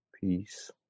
peace